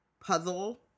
puzzle